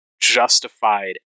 justified